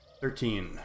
Thirteen